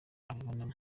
abibonamo